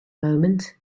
moment